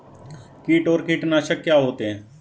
कीट और कीटनाशक क्या होते हैं?